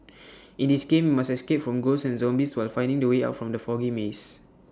in this game must escape from ghosts and zombies while finding the way out from the foggy maze